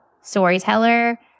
storyteller